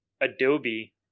Adobe